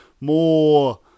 more